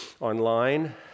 online